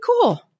cool